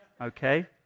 okay